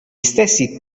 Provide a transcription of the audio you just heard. stessi